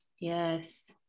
yes